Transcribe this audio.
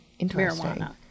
marijuana